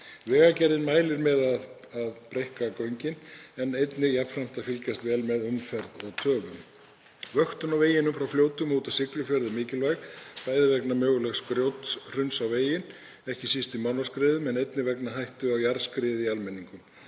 Vegagerðin mælir með að breikka göngin en einnig að fylgjast jafnframt vel með umferð og töfum. Vöktun á veginum frá Fljótum og til Siglufjarðar er mikilvæg, bæði vegna mögulegs grjóthruns á veginn, ekki síst í Mánaskriðum, en einnig vegna hættu á jarðskriði í Almenningum.